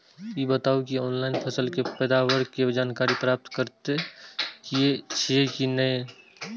ई बताउ जे ऑनलाइन फसल के पैदावार के जानकारी प्राप्त करेत छिए की नेय?